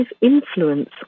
influence